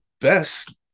best